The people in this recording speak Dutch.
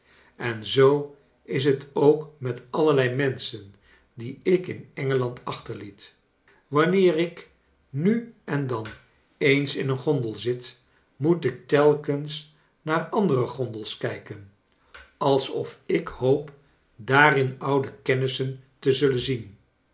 en zoo is het ook met allerlei menschen die ik in engeland achterliet wanneer ik nu en dan eens in een gondel zit moet ik telkens naar andere gondels kijken alsof ik hoop daarin oude kennissen te zullen zien